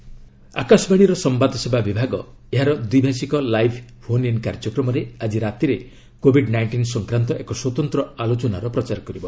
ମଷ୍ଟ announcement ଆକାଶବାଣୀର ସମ୍ଭାଦସେବା ବିଭାଗ ଏହାର ଦ୍ୱିଭାଷୀକ ଲାଇଭ୍ ଫୋନ୍ଇନ୍ କାର୍ଯ୍ୟକ୍ରମରେ ଆଜି ରାତିରେ କୋବିଡ୍ ନାଇଣ୍ଟିନ୍ ସଂକ୍ରାନ୍ତ ଏକ ସ୍ୱତନ୍ତ୍ର ଆଲୋଚନାର ପ୍ରଚାର କରିବ